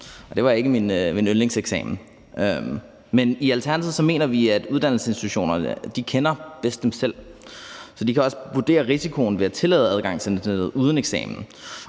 det var ikke min yndlingseksamen. Men i Alternativet mener vi, at uddannelsesinstitutionerne kender sig selv bedst, så de kan også vurdere risikoen ved at tillade adgang til internet under eksamenen.